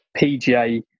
PGA